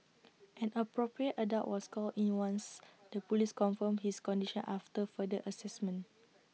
an appropriate adult was called in once the Police confirmed his condition after further Assessment